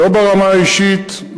לא ברמה האישית,